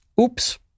Oops